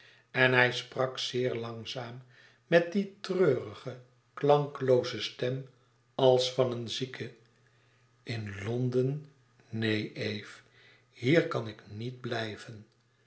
en hij sprak zeer langzaam met die treurige klanklooze stem als van een zieke in londen neen eve hier kan ik niet blijven